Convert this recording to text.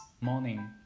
morning